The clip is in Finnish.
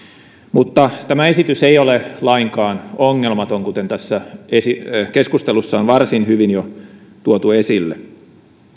mutta tämä esitys ei ole lainkaan ongelmaton kuten tässä keskustelussa on varsin hyvin jo tuotu esille